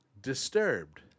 Disturbed